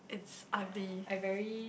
it's ugly